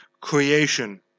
creation